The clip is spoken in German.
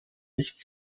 nicht